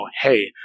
hey